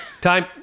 time